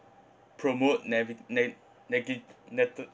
promote nega~ ne~ negiv~ nated~